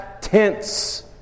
tense